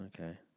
Okay